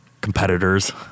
competitors